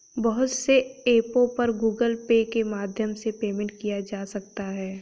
बहुत से ऐपों पर गूगल पे के माध्यम से पेमेंट किया जा सकता है